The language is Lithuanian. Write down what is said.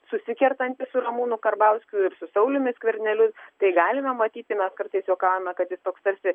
susikertantis su ramūnu karbauskiu ir su sauliumi skverneliu tai galime matyti mes kartais juokaujame kad jis toks tarsi